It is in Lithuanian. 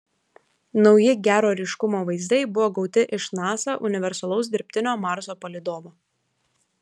nauji gero ryškumo vaizdai buvo gauti iš nasa universalaus dirbtinio marso palydovo